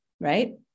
Right